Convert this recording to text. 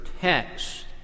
text